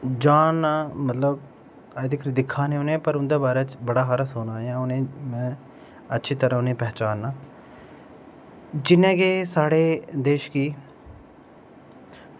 जानना कि मतलब अज्जै धोड़ी दिक्खा ने पर उंदे बारै च बड़ा हारा सुने दा ते ऐ में अच्छी तरह उ'नेंगी पहचानना जि'नें कि साढ़े देश गी